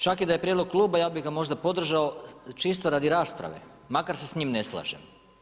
Čak i da je prijedlog kluba, ja bih ga možda podržao čisto radi rasprave, makar se s njim ne slažem.